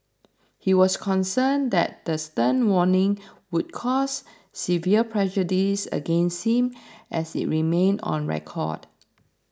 he was concerned that the stern warning would cause severe prejudice against him as it remained on record